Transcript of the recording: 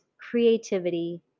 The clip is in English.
creativity